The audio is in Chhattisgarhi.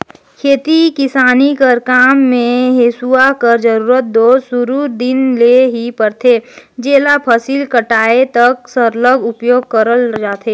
खेती किसानी कर काम मे हेसुवा कर जरूरत दो सुरू दिन ले ही परथे जेला फसिल कटाए तक सरलग उपियोग करल जाथे